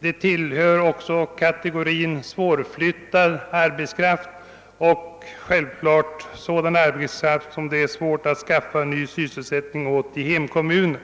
De tillhör också kategorin svårflyttad arbetskraft och självklart sådan arbetskraft som det är svårt att skaffa ny sysselsättning i hemkommunen.